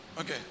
Okay